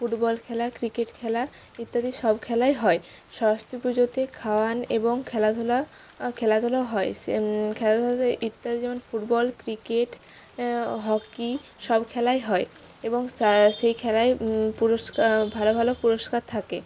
football খেলা cricket খেলা ইত্যাদি সব খেলাই হয় সরস্বতী পুজোতে খাওয়ান এবং খেলাধুলা খেলাধুলা হয় সে খেলাধুলাতে ইত্যাদি যেমন ফুটবল ক্রিকেট হকি সব খেলাই হয় এবং স্যা সেই খেলায় পুরস্কার ভালো ভালো পুরস্কার থাকে